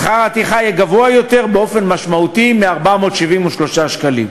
שכר הטרחה יהיה גבוה יותר באופן משמעותי מ-473 שקלים,